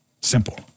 Simple